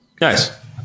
Nice